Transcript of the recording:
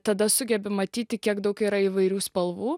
tada sugebi matyti kiek daug yra įvairių spalvų